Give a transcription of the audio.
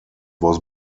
was